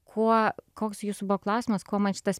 kuo koks jūsų buvo klausimas kuo man šitas